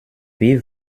wie